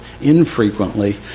infrequently